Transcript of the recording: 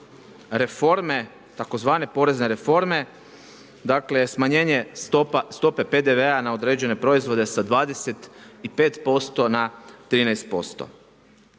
reforme tzv. porezne reforme, dakle smanjenje stope PDV-a na određene proizvode sa 25 na 13%.